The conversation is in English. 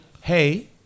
hey